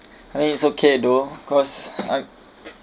I mean it's okay though cause I